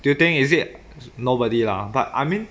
do you think is it nobody lah but I mean